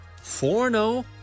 4-0